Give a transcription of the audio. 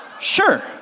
Sure